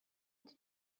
you